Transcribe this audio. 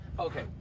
Okay